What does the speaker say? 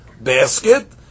basket